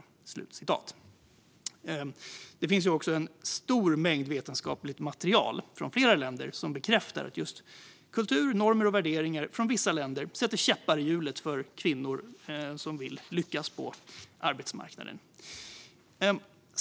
Det finns också en stor mängd vetenskapligt material från flera länder som bekräftar att just kultur, normer och värderingar från vissa länder sätter käppar i hjulet för kvinnor som vill lyckas på arbetsmarknaden.